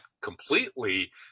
completely